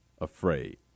afraid